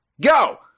Go